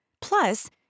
Plus